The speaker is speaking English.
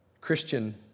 Christian